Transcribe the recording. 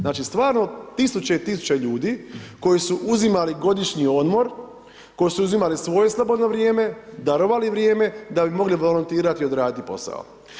Znači, stvarno tisuće i tisuće ljudi koji su uzimali godišnji odmor, koji su uzimali svoje slobodno vrijeme, darovali vrijeme, da bi mogli volontirati i odraditi posao.